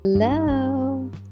hello